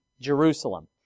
Jerusalem